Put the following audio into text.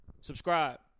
Subscribe